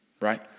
right